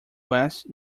west